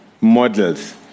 models